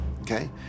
okay